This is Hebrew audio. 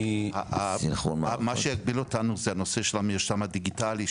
שעשיתם סנכרון --- מה שהגביל אותנו זה הנושא של המרשם הדיגיטלי,